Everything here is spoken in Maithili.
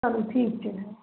चलू ठीक छै